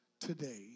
Today